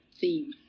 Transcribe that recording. theme